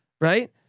right